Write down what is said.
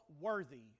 worthy